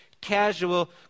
casual